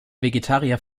vegetarier